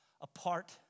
apart